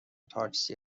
تاکسی